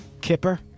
Kipper